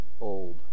old